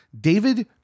David